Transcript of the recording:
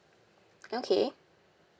okay